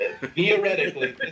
theoretically